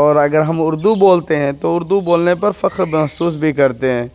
اور اگر ہم اردو بولتے ہیں تو اردو بولنے پر فخر محسوس بھی کرتے ہیں